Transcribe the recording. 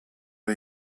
der